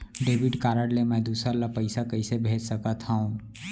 Debit card ले मैं दूसर ला पइसा कइसे भेज सकत हओं?